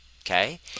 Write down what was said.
okay